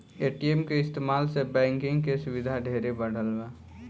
ATM के इस्तमाल से बैंकिंग के सुविधा ढेरे बढ़ल बा